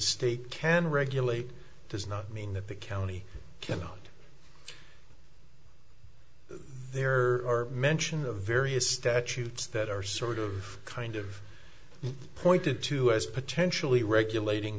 state can regulate does not mean that the county cannot there are mention of various statutes that are sort of kind of pointed to as potentially regulating